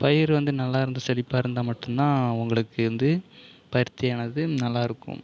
பயிர் வந்து நல்லா இருந்து செழிப்பாக இருந்தால் மட்டுந்தான் உங்களுக்கு வந்து பருத்தி ஆனது நல்லா இருக்கும்